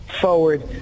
forward